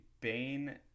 Bane